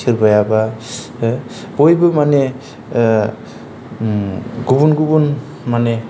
सोरबायाबा बयबो मानि गुबुन गुबुन मानि